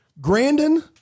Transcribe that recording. Grandin